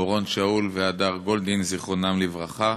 אורון שאול והדר גולדין, זכרם לברכה.